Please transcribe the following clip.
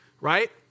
right